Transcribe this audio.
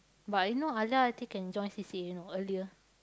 but I know Alia I think can join C_C_A you know earlier